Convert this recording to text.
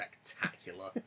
spectacular